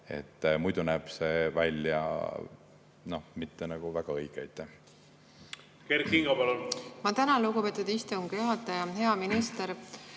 muidu näeb see välja mitte väga õige.